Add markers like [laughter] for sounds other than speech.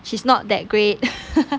she's not that great [laughs]